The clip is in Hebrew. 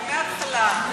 לא אחר כך, מהתחלה.